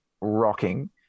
rocking